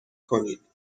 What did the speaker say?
کنید